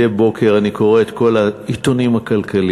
מדי בוקר אני קורא את כל העיתונים הכלכליים,